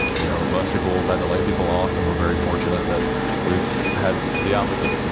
you know, most people have had to lay people off, and we're very fortunate that we've had the opposite. and and